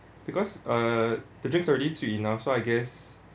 because uh the drinks already sweet enough so I guess